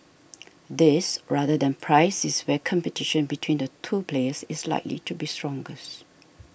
this rather than price is where competition between the two players is likely to be strongest